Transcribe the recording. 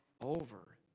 over